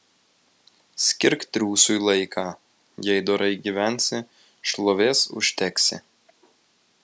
skirk triūsui laiką jei dorai gyvensi šlovės užteksi